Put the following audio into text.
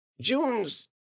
June's